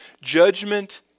Judgment